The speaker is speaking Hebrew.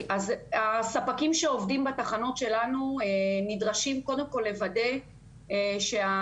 הספקים שעובדים בתחנות שלנו נדרשים קודם כל לוודא שאותו